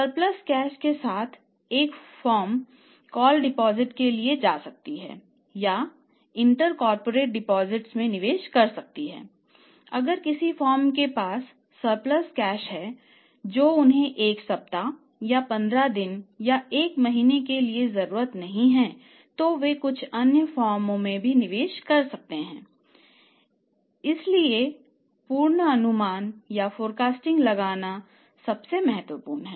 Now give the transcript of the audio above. surplus cash के साथ एक फर्म कॉल डिपॉजिटस की मदद से पूर्वानुमान लगाना संभव है